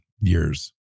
years